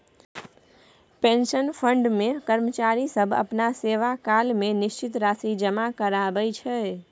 pension fund मे कर्मचारी सब अपना सेवाकाल मे निश्चित राशि जमा कराबै छै